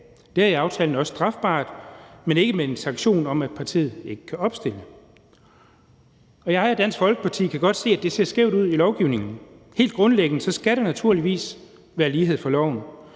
Det er i aftalen også strafbart, men ikke med en sanktion om, at partiet ikke kan opstille. Jeg og Dansk Folkeparti kan godt se, at det ser skævt ud i lovgivningen, for helt grundlæggende skal der naturligvis være lighed for loven,